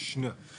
אני